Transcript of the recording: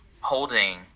holding